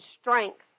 strength